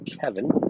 Kevin